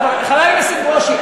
חבר הכנסת ברושי,